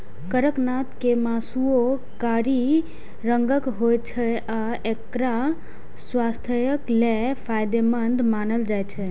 कड़कनाथ के मासुओ कारी रंगक होइ छै आ एकरा स्वास्थ्यक लेल फायदेमंद मानल जाइ छै